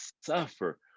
suffer